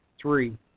three